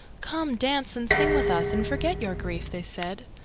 come, dance and sing with us and forget your grief, they said.